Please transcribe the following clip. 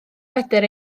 fedr